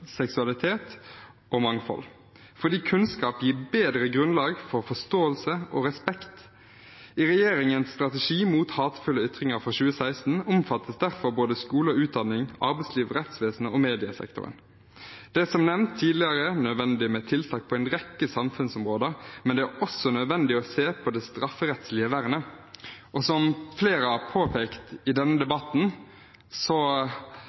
seksualitet og mangfold, fordi kunnskap gir bedre grunnlag for forståelse og respekt. I regjeringens strategi mot hatefulle ytringer fra 2016 omfattes derfor både skole og utdanning, arbeidsliv, rettsvesenet og mediesektoren. Det er som nevnt tidligere nødvendig med tiltak på en rekke samfunnsområder, men det er også nødvendig å se på det strafferettslige vernet. Som flere har påpekt i denne